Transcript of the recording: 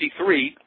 1963